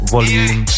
Volume